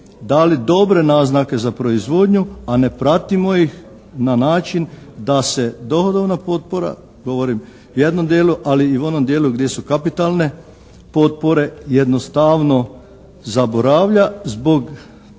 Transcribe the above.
dali dobre naznake za proizvodnju a ne pratimo ih na način da se dobrovoljna potpora govorim jednom dijelu, ali i u onom dijelu gdje su kapitalne potpore, jednostavno zaboravlja zbog,